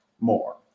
more